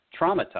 traumatized